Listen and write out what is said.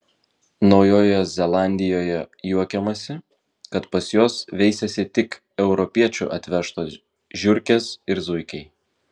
naujojoje zelandijoje juokiamasi kad pas juos veisiasi tik europiečių atvežtos žiurkės ir zuikiai